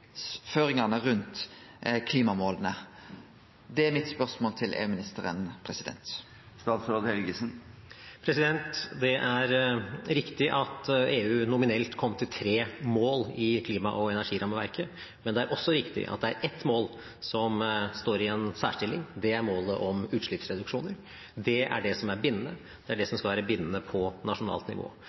føringane som Noreg gav rundt klimamåla? Det er mitt spørsmål til EU-ministeren. Det er riktig at EU nominelt kom til tre mål i klima- og energirammeverket, men det er også riktig at det er ett mål som står i en særstilling, og det er målet om utslippsreduksjoner. Det er det som skal være bindende på nasjonalt nivå.